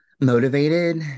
motivated